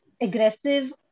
aggressive